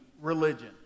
religion